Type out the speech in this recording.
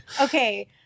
Okay